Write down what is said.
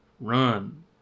run